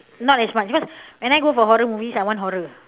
not as much because when I go for horror movies I want horror